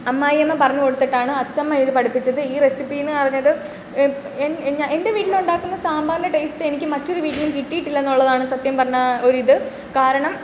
അമ്മായിയമ്മ പറഞ്ഞു കൊടുത്തിട്ടാണ് അച്ചമ്മ ഇത് പഠിപ്പിച്ചത് ഈ റെസിപ്പീന്ന് പറഞ്ഞത് എൻ്റെ വീട്ടിലുണ്ടാക്കുന്ന സാമ്പാറിൻ്റെ ടേസ്റ്റ് എനിക്ക് മറ്റൊരു വീട്ടിലും കിട്ടീട്ടില്ലെന്നുള്ളതാണ് സത്യം പറഞ്ഞാൽ ഒരിത് കാരണം